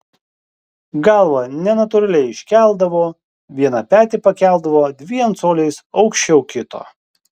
galvą nenatūraliai iškeldavo vieną petį pakeldavo dviem coliais aukščiau kito